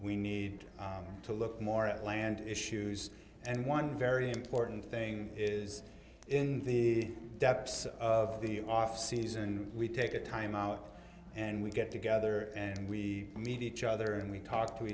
we need to look more at land issues and one very important thing is in the depths of the off season we take a time out and we get together and we meet each other and we talk to